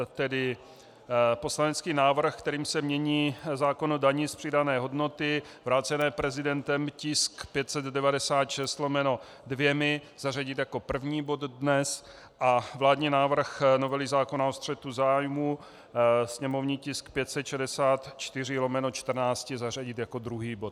Tedy poslanecký návrh, kterým se mění zákon o dani z přidané hodnoty, vrácený prezidentem, tisk 596/2, zařadit jako první bod dnes a vládní návrh novely zákona o střetu zájmů, sněmovní tisk 564/14, zařadit jako druhý bod.